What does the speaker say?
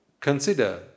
consider